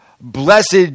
Blessed